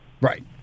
Right